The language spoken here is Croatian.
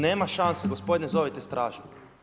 Nema šanse, gospodine, zovite stražu.